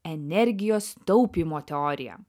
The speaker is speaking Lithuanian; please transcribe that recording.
energijos taupymo teorija